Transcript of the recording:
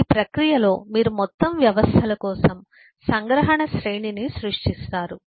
ఈ ప్రక్రియలో మీరు మొత్తం వ్యవస్థల కోసం సంగ్రహణ శ్రేణిని సృష్టిస్తారు